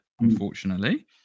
unfortunately